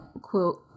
quote